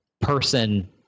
person